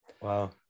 Wow